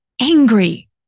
angry